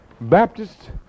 Baptist